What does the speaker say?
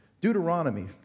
Deuteronomy